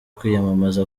kwiyamamaza